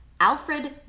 Alfred